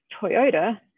Toyota